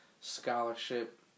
scholarship